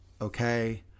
Okay